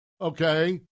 okay